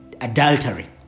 adultery